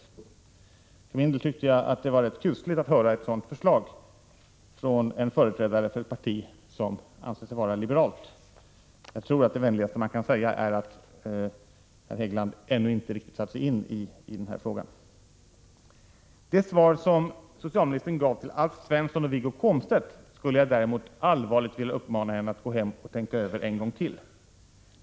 För min del tyckte jag att det var kusligt att höra ett sådant förslag från en företrädare för en parti som anser sig vara liberalt. Det vänligaste man kan säga är nog att herr Hegeland ännu inte riktigt har satt sig in i frågan. Det svar som Gertrud Sigurdsen gav till Alf Svensson och Wiggo Komstedt skulle jag däremot allvarligt vilja uppmana henne att gå hem och tänka över en gång till.